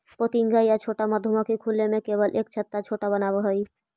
पोतिंगा या छोटा मधुमक्खी खुले में केवल एक छत्ता छोटा बनावऽ हइ